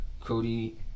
Cody